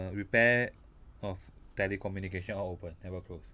repair or telecommunication all open never close